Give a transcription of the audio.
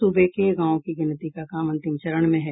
सूबे के गांवों की गिनती का काम अंतिम चरण में है